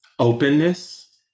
Openness